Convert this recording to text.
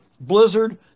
blizzard